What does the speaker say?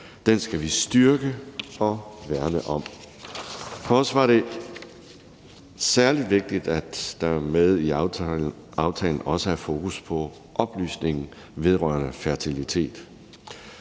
Den skal vi styrke og værne om. For os var det særlig vigtigt, at der med i aftalen også er fokus på oplysning vedrørende fertilitet,